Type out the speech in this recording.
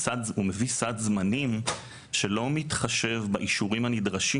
מביא סעד זמנים שלא מתחשב בכלל באישורים הנדרשים.